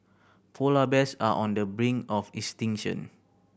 polar bears are on the brink of extinction